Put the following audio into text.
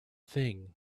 thing